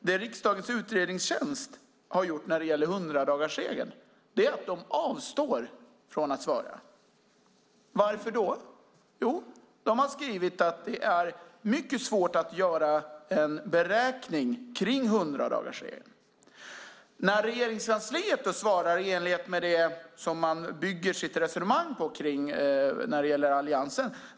Det riksdagens utredningstjänst har gjort när det gäller 100-dagarsregeln är att de avstår från att svara. Varför då? Jo, de har skrivit att det är mycket svårt att göra en beräkning av 100-dagarsregeln. Regeringskansliet svarar i enlighet med det som Alliansen bygger sitt resonemang på.